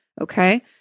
Okay